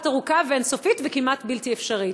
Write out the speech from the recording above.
ארוכה ואין-סופית וכמעט בלתי אפשרית.